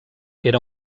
era